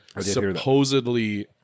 Supposedly